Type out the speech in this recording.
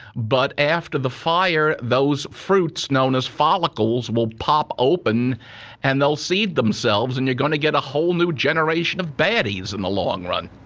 but after the fire those fruits, known as follicles, will pop open and they will seed themselves and you're going to get a whole new generation of baddies in the long run.